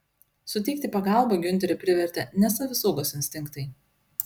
suteikti pagalbą giunterį privertė ne savisaugos instinktai